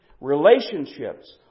Relationships